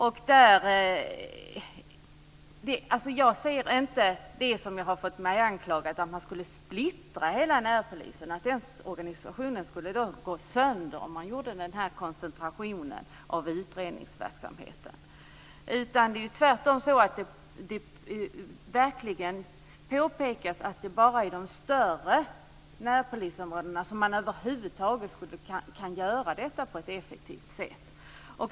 Det har sagts att man då skulle splittra hela närpolisverksamheten och att organisationen skulle gå sönder om man genomförde en koncentration av utredningsverksamheten. Tvärtom är det så att det bara är inom de större närpolisområdena som man över huvud taget kan göra detta på ett effektivt sätt.